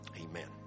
amen